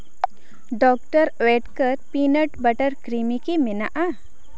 doctor Oetker peanut butter creamy ᱠᱤ ᱢᱮᱱᱟᱜᱼᱟ